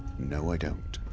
no i don't